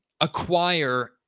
acquire